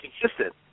consistent